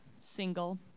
single